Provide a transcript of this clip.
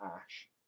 Ash